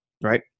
right